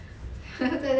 then after that